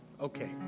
okay